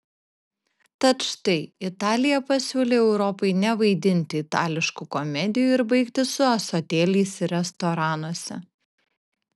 tad štai italija pasiūlė europai nevaidinti itališkų komedijų ir baigti su ąsotėliais restoranuose